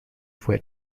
fue